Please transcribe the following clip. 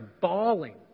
bawling